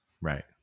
right